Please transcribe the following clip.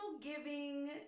giving